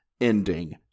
ending